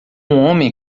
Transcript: homem